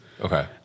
Okay